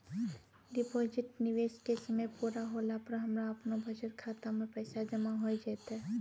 Deposit निवेश के समय पूरा होला पर हमरा आपनौ बचत खाता मे पैसा जमा होय जैतै?